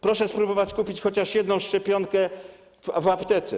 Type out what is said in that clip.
Proszę spróbować kupić chociaż jedną szczepionkę w aptece.